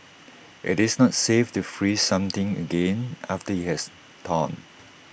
IT is not safe to freeze something again after IT has thawed